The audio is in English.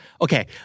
Okay